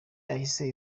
yahise